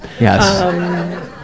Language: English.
Yes